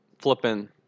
Flipping